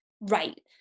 right